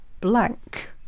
blank